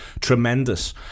tremendous